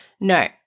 No